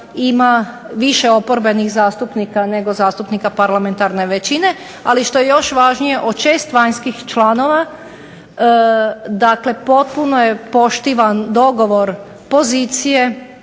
ima više oporbenih zastupnika nego zastupnika parlamentarne većine, ali što je još važnije od 6 vanjskih članova, dakle potpuno je poštivan dogovor pozicije,